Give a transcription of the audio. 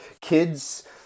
Kids